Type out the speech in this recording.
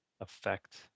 effect